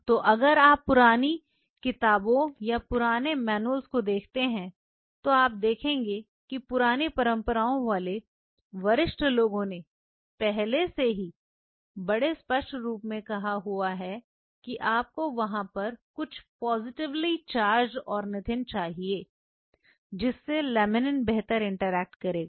तो अगर आप पुरानी किताबें या पुरानी मैनुअल को देखते हैं तो आप देखेंगे की पुरानी परंपराओं वाले वरिष्ठ लोगों ने पहले से ही बड़े स्पष्ट रूप में कहां हुआ है कि आपको वहां पर कुछ पॉजिटिवली चार्जड ऑर्निथिन चाहिए जिससे लेमिनिन बेहतर इंटरेक्ट करेगा